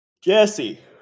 Jesse